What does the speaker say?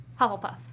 Hufflepuff